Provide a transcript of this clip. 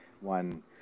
one